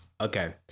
Okay